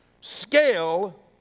scale